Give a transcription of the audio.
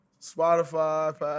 Spotify